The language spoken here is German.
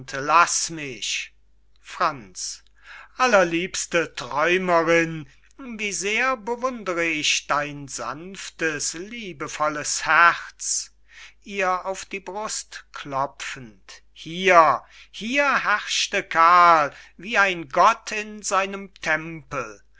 gern allein franz allerliebste träumerinn wie sehr bewundere ich dein sanftes liebevolles herz ihr auf die brust klopfend hier hier herrschte karl wie ein gott in seinem tempel